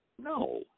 No